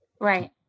Right